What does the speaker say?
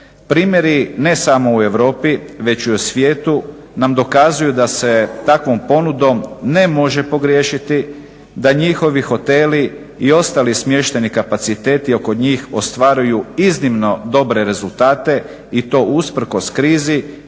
Primjeri ne smo u Europi, već i u svijetu nam dokazuju da se takvom ponudom ne može pogriješiti, da njihovi hoteli i ostali smještajni kapaciteti oko njih ostvaruju iznimno dobre rezultate i to usprkos krizi